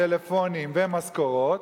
טלפונים ומשכורות,